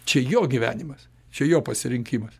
čia jo gyvenimas čia jo pasirinkimas